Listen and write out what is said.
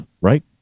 right